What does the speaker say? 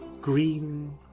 green